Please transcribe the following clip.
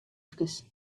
efkes